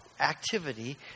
activity